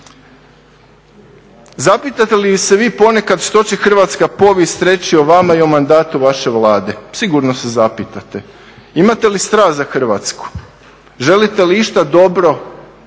Zapitate li se vi ponekad što će hrvatska povijest reći o vama i o mandatu vaše Vlade? Sigurno se zapitate. Imate li strast za Hrvatsku? Želite li išta dobro,